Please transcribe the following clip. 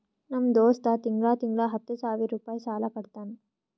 ನಮ್ ದೋಸ್ತ ತಿಂಗಳಾ ತಿಂಗಳಾ ಹತ್ತ ಸಾವಿರ್ ರುಪಾಯಿ ಸಾಲಾ ಕಟ್ಟತಾನ್